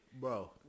bro